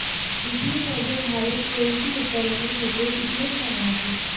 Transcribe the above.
পৃথিবীর মধ্যে ভারত পোল্ট্রি উৎপাদনের ক্ষেত্রে তৃতীয় স্থানে আছে